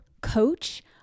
coach